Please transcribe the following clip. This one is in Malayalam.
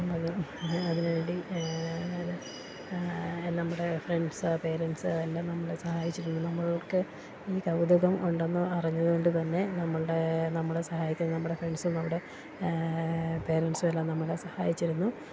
അത് അതിനുവേണ്ടി നമ്മുടെ ഫ്രണ്ട്സ് പേരൻസ് എല്ലാം നമ്മളെ സഹായിച്ചിരുന്നു നമ്മളൾക്ക് ഈ കൗതുകം ഉണ്ടെന്ന് അറിഞ്ഞതുകൊണ്ടുതന്നെ നമ്മളുടെ ഫ്രണ്ട്സും നമ്മുടെ പേരൻസും എല്ലാം നമ്മളെ സഹായിച്ചിരുന്നു